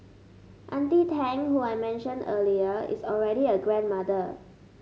auntie Tang who I mentioned earlier is already a grandmother